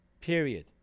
period